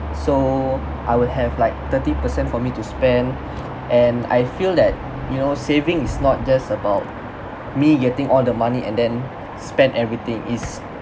so I will have like thirty per cent for me to spend and I feel that you know saving is not just about me getting all the money and then spend everything it's